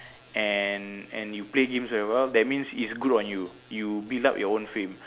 and and you play games very well that means is good on you you build up your own fame